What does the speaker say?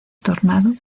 tornado